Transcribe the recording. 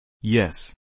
Yes